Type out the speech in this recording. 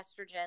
estrogen